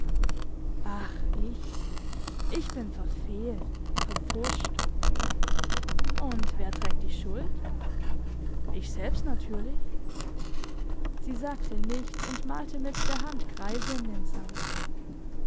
ach ich ich bin verfehlt verpfuscht und wer trägt die schuld ich selbst natürlich sie sagte nichts und malte mit der hand kreise in den sand